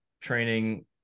training